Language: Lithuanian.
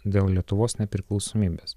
dėl lietuvos nepriklausomybės